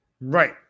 right